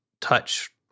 touch